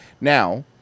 Now